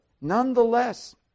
nonetheless